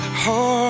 heart